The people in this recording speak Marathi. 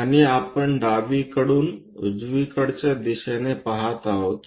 आणि आपण डावीकडून उजवीकडच्या दिशेने पहात आहोत